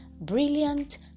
brilliant